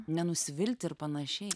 nenusvilti ir panašiai